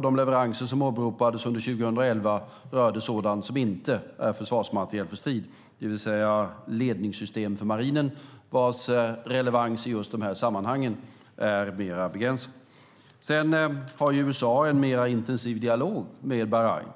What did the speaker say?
De leveranser som åberopades under 2011 rörde sådan som inte är försvarsmateriel för strid. Det var ledningssystem för marinen vars relevans i just dessa sammanhang är mer begränsad. USA har en mer intensiv dialog med Bahrain.